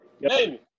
Baby